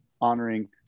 honoring